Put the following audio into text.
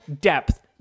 depth